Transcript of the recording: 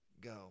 go